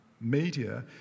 media